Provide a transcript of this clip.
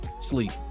Sleep